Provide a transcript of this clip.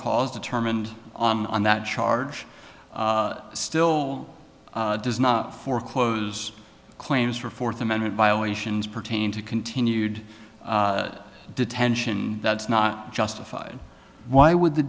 cause determined on that charge still does not foreclose claims for fourth amendment violations pertain to continued detention that's not justified why would the